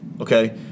Okay